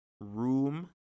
room